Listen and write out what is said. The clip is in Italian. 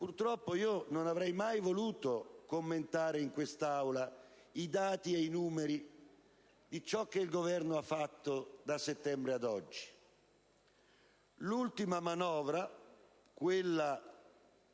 stretti, non avrei mai voluto commentare in quest'Aula i dati e i numeri relativi a ciò che il Governo ha fatto da settembre ad oggi. Con l'ultima manovra, quella